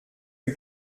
lui